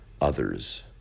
others